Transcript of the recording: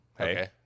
Okay